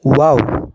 wow